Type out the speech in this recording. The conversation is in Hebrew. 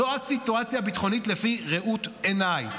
זו הסיטואציה הביטחונית לפי ראות עיניי.